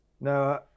no